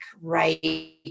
right